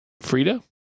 Frida